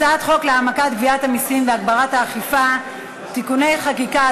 הצעת חוק להעמקת גביית המסים והגברת האכיפה (תיקוני חקיקה),